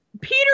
Peter